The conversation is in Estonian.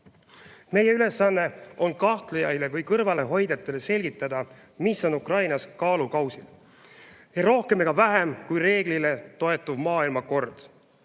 Meie ülesanne on kahtlejaile või kõrvalehoidjatele selgitada, mis on Ukrainas kaalukausil: ei rohkem ega vähem kui reeglitele toetuv maailmakord.